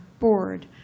board